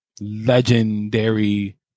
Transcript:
legendary